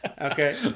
Okay